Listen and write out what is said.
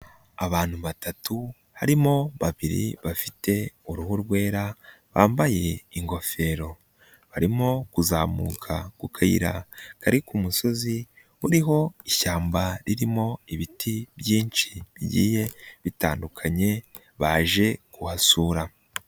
Abantu batatu harimo babiri bafite uruhu rwera bambaye ingofero, barimo kuzamuka ku kayira kari ku musozi uriho ishyamba ririmo ibiti byinshi bigiye bitandukanye baje kuhasura.